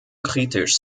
kritisch